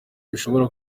bishobora